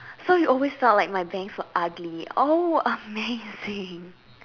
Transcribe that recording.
so you always felt like my bangs were ugly oh amazing